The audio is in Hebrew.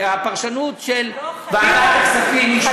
הפרשנות של ועדת הכספים, לא.